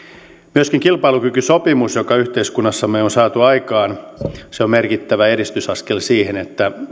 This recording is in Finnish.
myöskin kilpailukykysopimus joka yhteiskunnassamme on saatu aikaan on merkittävä edistysaskel siinä että